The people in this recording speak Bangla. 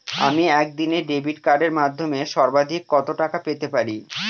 আমি একদিনে ডেবিট কার্ডের মাধ্যমে সর্বাধিক কত টাকা পেতে পারি?